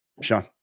Sean